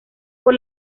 por